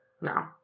No